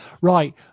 Right